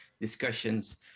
discussions